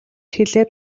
хэлээд